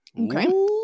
Okay